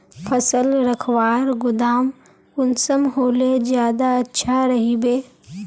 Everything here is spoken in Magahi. फसल रखवार गोदाम कुंसम होले ज्यादा अच्छा रहिबे?